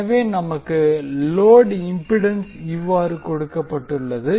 எனவே நமக்கு load impedance இவ்வாறு கொடுக்கப்பட்டுள்ளது